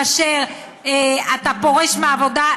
כאשר אתה פורש מהעבודה,